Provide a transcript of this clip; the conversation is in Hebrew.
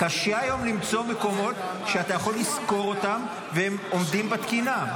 קשה היום למצוא מקומות שאתה יכול לשכור והם עומדים בתקינה,